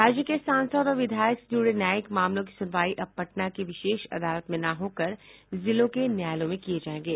राज्य के सांसद और विधायक से जूड़े न्यायिक मामलों की सुनवाई अब पटना की विशेष अदालत में न होकर जिलों के न्यायालयों में किये जायेंगे